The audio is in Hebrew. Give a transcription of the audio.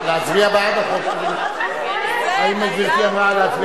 אני אצביע נגד הצעת החוק, ואני מודה לכולם.